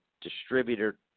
distributor